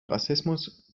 rassismus